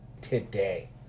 today